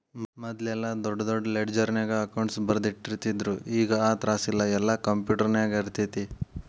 ಮದ್ಲೆಲ್ಲಾ ದೊಡ್ ದೊಡ್ ಲೆಡ್ಜರ್ನ್ಯಾಗ ಅಕೌಂಟ್ಸ್ ಬರ್ದಿಟ್ಟಿರ್ತಿದ್ರು ಈಗ್ ಆ ತ್ರಾಸಿಲ್ಲಾ ಯೆಲ್ಲಾ ಕ್ಂಪ್ಯುಟರ್ನ್ಯಾಗಿರ್ತೆತಿ